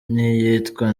iyitwa